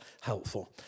helpful